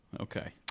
Okay